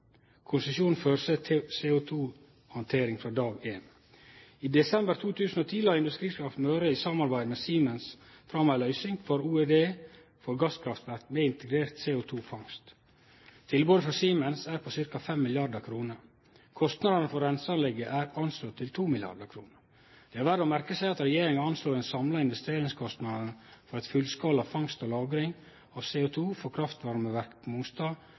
Konsesjonen føreset CO2-handtering frå dag éin. I desember 2010 la Industrikraft Møre i samarbeid med Siemens fram ei løysing for OED for gasskraftverk med integrert CO2-fangst. Tilbodet frå Siemens er på ca. 5 mrd. kr. Kostnadene for reinseanlegget er anslått til 2 mrd. kr. Det er verd å merke seg at regjeringa anslår dei samla investeringskostnadene for fullskala fangst og lagring av